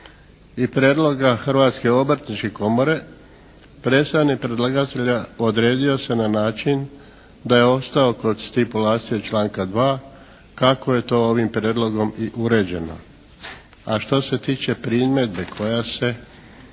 i prijedloga Hrvatske obrtničke komore predstavnik predlagatelja odredio se na način da je ostao kod stipulacije članka 2. kako je to ovim prijedlogom i uređeno, a što se tiče primjedbe koja se